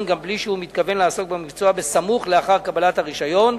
גם בלי שהוא מתכוון לעסוק במקצוע סמוך לאחר קבלת הרשיון,